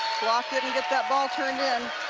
block didn't get that ball turned in.